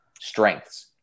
strengths